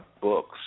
books